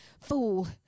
fool